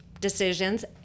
decisions